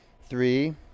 three